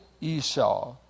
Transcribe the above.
Esau